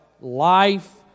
life